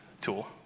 tool